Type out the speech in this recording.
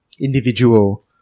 individual